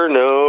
no